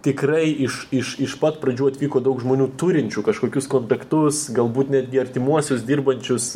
tikrai iš iš iš pat pradžių atvyko daug žmonių turinčių kažkokius kontaktus galbūt netgi artimuosius dirbančius